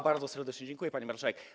Bardzo serdecznie dziękuję, pani marszałek.